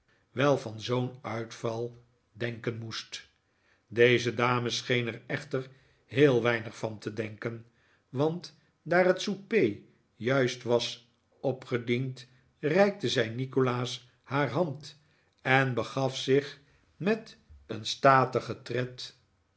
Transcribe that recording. wel van zoo'n uitval denken moest deze dame scheen er echter heel weinig van te denken want daar het souper juist was opgediend reikte zij nikolaas haar hand en begaf zich met een statigen tred